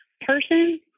person